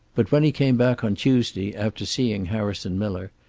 but when he came back on tuesday, after seeing harrison miller,